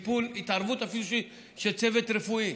התערבות אפילו של צוות רפואי.